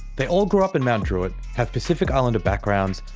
they all grew up in mount druitt, have pacific islander backgrounds,